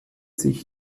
sich